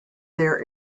their